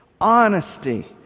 honesty